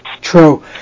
True